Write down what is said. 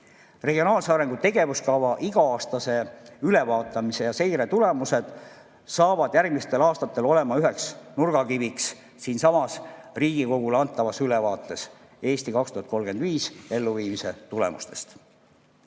Regionaalse arengu tegevuskava iga-aastase ülevaatamise ja seire tulemused on järgmistel aastatel üheks nurgakiviks siinsamas Riigikogule antavas ülevaates "Eesti 2035" elluviimise tulemustest.